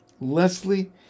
Leslie